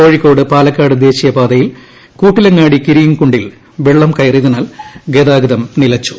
കോഴിക്കോട് പാലക്കാട് ദേശീയപാതയിൽ കൂട്ടിലങ്ങാടി കീരം കുണ്ടിൽ വെള്ളം കയറിയതിനാൽ ഗതാഗതം നിലച്ചു